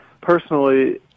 personally